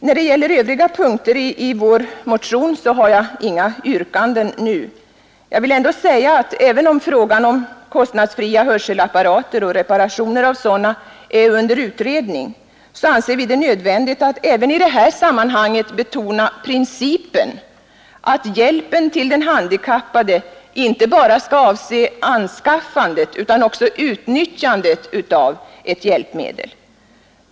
När det gäller övriga punkter i vår motion har jag inget yrkande nu. Jag vill endast säga att även om frågan om kostnadsfria hörapparater och kostnadsfria reparationer av sådana är under utredning, så är det nödvändigt att också i det här sammanhanget betona principen att hjälpen till den handikappade inte bara skall avse anskaffandet utan även utnyttjandet av ett hjälpmedel.